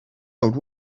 old